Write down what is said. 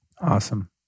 Awesome